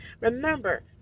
Remember